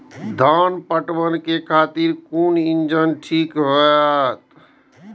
धान पटवन के खातिर कोन इंजन ठीक होते?